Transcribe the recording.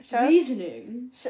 reasoning